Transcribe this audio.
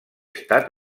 estat